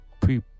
pre